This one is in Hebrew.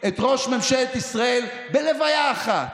את ראש ממשלת ישראל בלוויה אחת,